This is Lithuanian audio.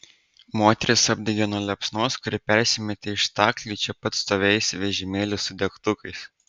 moterys apdegė nuo liepsnos kuri persimetė iš staklių į čia pat stovėjusį vežimėlį su degtukais